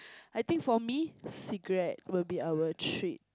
I think for me cigarette will be our treat